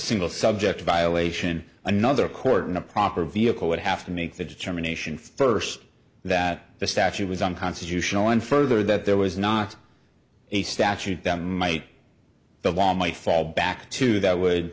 single subject violation another court in a proper vehicle would have to make the determination first that the statute was unconstitutional and further that there was not a statute that might the law might fall back to that would